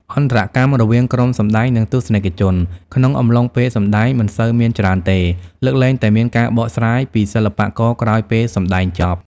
អន្តរកម្មរវាងក្រុមសម្តែង និងទស្សនិកជន ក្នុងអំឡុងពេលសម្ដែងមិនសូវមានច្រើនទេ លើកលែងតែមានការបកស្រាយពីសិល្បករក្រោយពេលសម្តែងចប់។